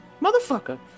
motherfucker